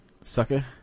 Sucker